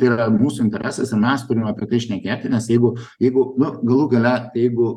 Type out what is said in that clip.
tai yra mūsų interesas ir mes turime apie tai šnekėti nes jeigu jeigu nu galų galetai jeigu